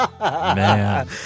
Man